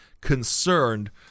concerned